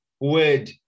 word